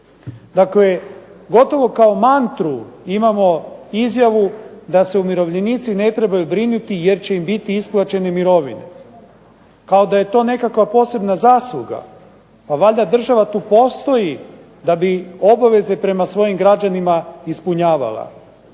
Dakle, gotovo kao mantru imamo izjavu da se umirovljenici ne trebaju brinuti jer će im biti isplaćene mirovine kao da je to nekakva posebna zasluga. Pa valjda država tu postoji da bi obaveze prema svojim građanima ispunjavala.